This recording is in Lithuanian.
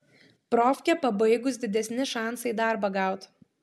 profkę pabaigus didesni šansai darbą gaut